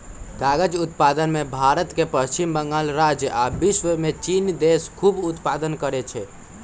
कागज़ उत्पादन में भारत के पश्चिम बंगाल राज्य आ विश्वमें चिन देश खूब उत्पादन करै छै